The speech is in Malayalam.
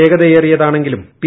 വേഗതയേറിയതാണെങ്കിലും പി